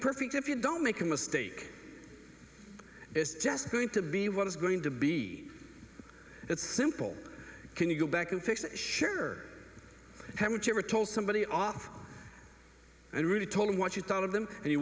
perfect if you don't make a mistake it's just going to be what is going to be it's simple can you go back and fix sure haven't you ever told somebody off and really told what you thought of them and you